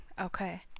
Okay